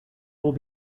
will